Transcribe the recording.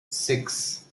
six